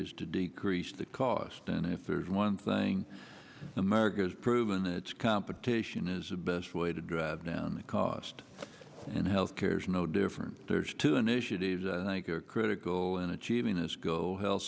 is to decrease the cost and if there's one thing america has proven it's competition is the best way to drive down the cost and health care is no different there's two initiatives i think are critical in achieving this goal he